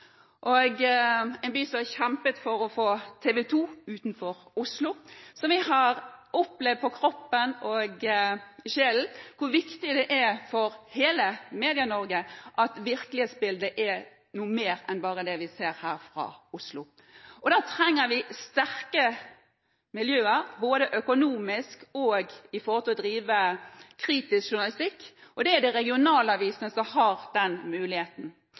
Oslo, en by som har kjempet for å få TV 2 utenom Oslo. Vi har opplevd på kroppen og i sjelen hvor viktig det er for hele Medie-Norge at virkelighetsbildet er noe mer enn bare det vi ser her fra Oslo. Da trenger vi sterke miljøer, både økonomisk og når det gjelder å drive kritisk journalistikk. Det er regionavisene som har den muligheten.